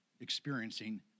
experiencing